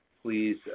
please